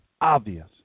obvious